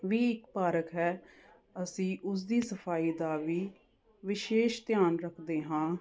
ਵੀ ਇੱਕ ਪਾਰਕ ਹੈ ਅਸੀਂ ਉਸ ਦੀ ਸਫਾਈ ਦਾ ਵੀ ਵਿਸ਼ੇਸ਼ ਧਿਆਨ ਰੱਖਦੇ ਹਾਂ